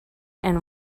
and